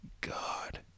God